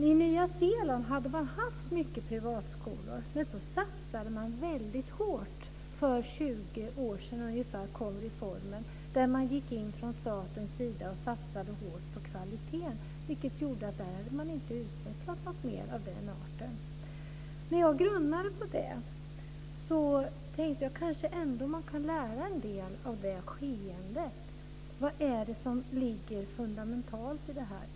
I Nya Zeeland hade man haft mycket privatskolor, men så satsade man väldigt hårt från statens sida på kvaliteten - för ungefär 20 år sedan kom den reformen - vilket gjorde att man där inte hade utvecklat något mer av den arten. När jag grunnade på det tänkte jag att man kanske ändå kan lära en del av det skeendet. Vad är det som ligger fundamentalt i det här?